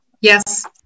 Yes